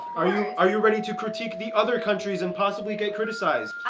are you are you ready to critique the other countries and possibly get criticized?